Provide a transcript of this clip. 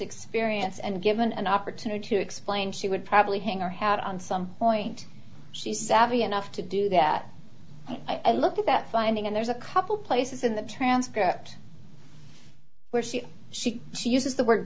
experience and given an opportunity to explain she would probably hang our hat on some point she's savvy enough to do that and i look at that finding and there's a couple places in the transcript where she she she uses the word